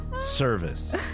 Service